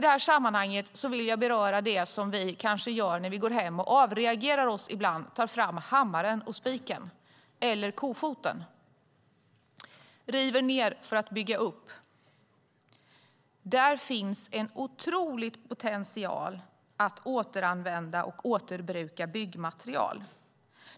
I detta sammanhang vill jag beröra det som vi kanske gör när vi går hem och avreagerar oss ibland, tar fram hammare och spik eller en kofot, river ned för att sedan bygga upp. Det finns en otrolig potential när det gäller att återanvända och återbruka byggmaterial.